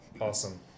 Awesome